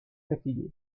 fatigué